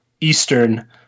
eastern